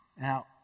Now